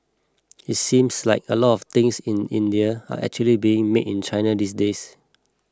it seems like a lot of things in India are actually being made in China these days